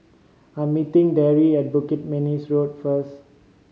I am meeting Daryl at Bukit Manis Road first